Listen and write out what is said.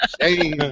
shame